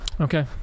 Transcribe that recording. Okay